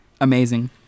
amazing